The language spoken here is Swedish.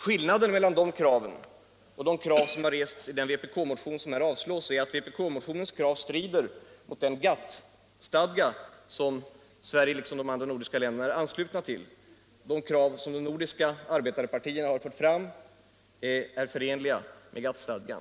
Skillnaden mellan de kraven och dem som har = Sydafrika rests i den vpk-motion som utskottet nu avstyrker är att vpk-kravet strider mot den GATT-stadga som Sverige liksom de andra nordiska länderna är anslutet till, medan de nordiska arbetarpartiernas krav är förenliga med GATT-stadgan.